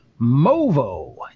Movo